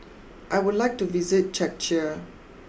I would like to visit Czechia